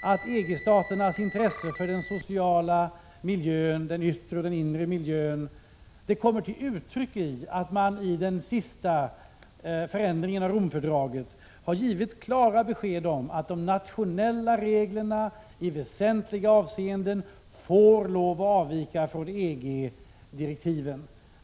att EG-staternas intresse för de sociala förhållandena och för den inre och yttre miljön kommer till uttryck i att man i den senaste förändringen av Romfördraget har givit klara besked om att de nationella reglerna i väsentliga avseenden får lov att avvika från EG-direktiven.